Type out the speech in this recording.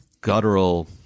guttural